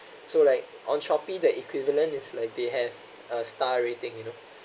so like on Shopee the equivalent is like they have a star rating you know